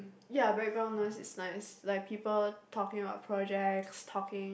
ya background noise is nice like people talking about projects talking